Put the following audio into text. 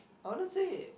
I wouldn't say